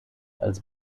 als